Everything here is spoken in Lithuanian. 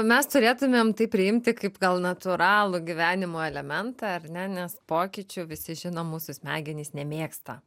mes turėtumėm tai priimti kaip gal natūralų gyvenimo elementą ar ne nes pokyčių visi žino mūsų smegenys nemėgsta